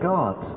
God